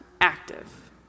active